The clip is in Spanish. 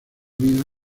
vida